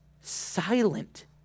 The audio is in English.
silent